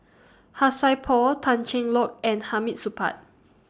Han Sai Por Tan Cheng Lock and Hamid Supaat